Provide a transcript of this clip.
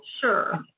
Sure